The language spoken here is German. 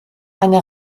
eine